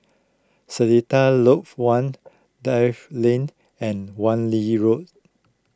Seletar Lodge one Dell Lane and Wan Lee Road